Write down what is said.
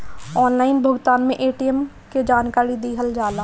Online भुगतान में ATM के जानकारी दिहल जाला?